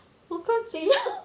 无关紧要